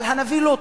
על הנביא לוט,